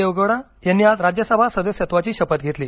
देवेगौडा यांनी आज राज्यसभा सदस्यत्वाची शपथ घेतली